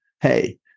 hey